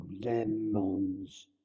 lemons